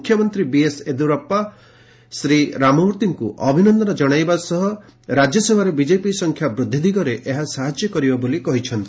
ମୁଖ୍ୟମନ୍ତ୍ରୀ ବିଏସ୍ ୟେଦିୟୁରାସ୍ପା ଶ୍ରୀ ରାମମ୍ଭିଙ୍କୁ ଅଭିନନ୍ଦନ ଜଣାଇବା ସହ ରାଜ୍ୟସଭାରେ ବିଜେପି ସଂଖ୍ୟା ବୃଦ୍ଧି ଦିଗରେ ଏହା ସାହାଯ୍ୟ କରିବ ବୋଲି କହିଚ୍ଚନ୍ତି